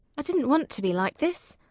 i didn't want to be like this.